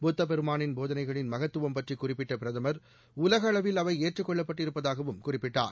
புத்தபெருமானின் போதனைகளின் மகத்துவம் பற்றி குறிப்பிட்ட பிரதமர் உலகளவில் அவை ஏற்றுக்கொள்ளப்பட்டிருப்பதாகவும் குறிப்பிட்டார்